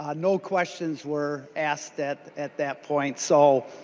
um no questions were asked at at that point. so